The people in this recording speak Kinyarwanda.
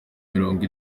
mirongo